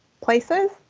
places